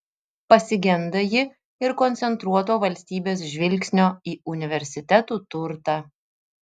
pasigenda ji ir koncentruoto valstybės žvilgsnio į universitetų turtą